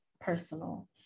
personal